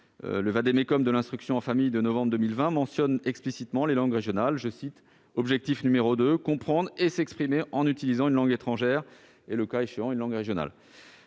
Le de l'instruction en famille de novembre 2020 mentionne explicitement les langues régionales :« Objectif 2 : comprendre et s'exprimer en utilisant une langue étrangère et, le cas échéant, une langue régionale ».